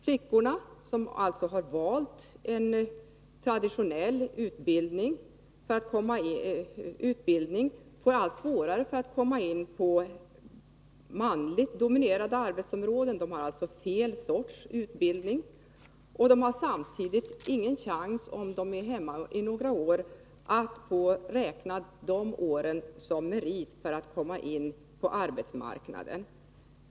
Flickorna, som alltså väljer en traditionell utbildning, får allt svårare att komma in på manligt dominerade arbetsområden. De har således fel sorts utbildning, och om de är hemarbetande under några år har de dessutom ingen chans att få räkna dessa år som merit för att komma in på arbetsmarknaden.